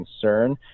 concern